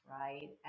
right